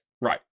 Right